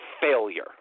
failure